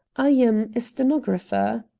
i am a stenographer.